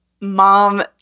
mom